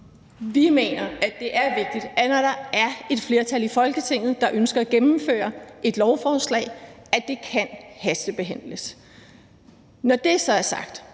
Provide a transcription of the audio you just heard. Vi mener, det er vigtigt, at når der er et flertal i Folketinget, der ønsker at gennemføre et lovforslag, så kan det hastebehandles. Når det så er sagt,